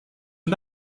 are